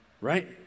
Right